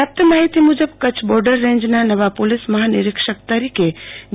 પ્રાપ્ત માહિતી મજબ કરછ બોર્ડર રેન્જના નવા પોલીસ મહાનિરીક્ષક તરીકે જે